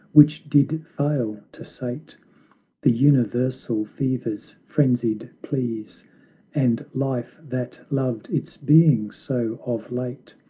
which did fail to sate the universal fever's frenzied pleas and life, that loved its being so of late,